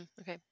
Okay